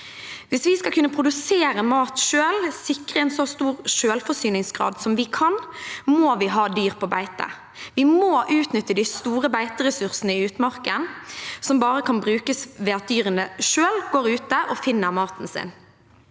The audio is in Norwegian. Hvis vi skal kunne produsere mat selv og sikre en så stor selvforsyningsgrad som vi kan, må vi ha dyr på beite. Vi må utnytte de store beiteressursene i utmarken, som bare kan brukes ved at dyrene selv går ute og finner maten sin.